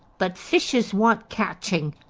but fishes want catching,